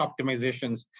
optimizations